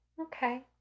okay